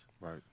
Right